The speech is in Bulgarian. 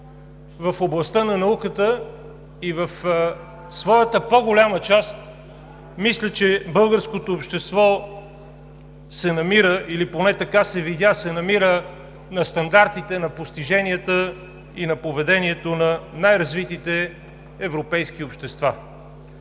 в областта на науката и в своята по-голяма част мисля, че българското общество, или поне така се видя, се намира на стандартите на постиженията и на поведението на най-развитите европейски общества.